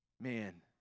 man